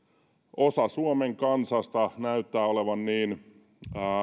osa suomen kansasta näyttää olevan niin